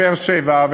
באר-שבע,